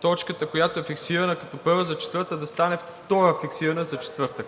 точката, която е фиксирана като първа за четвъртък, да стане втора, фиксирана за четвъртък?